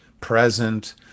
present